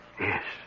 Yes